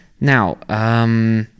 Now